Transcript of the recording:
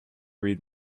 read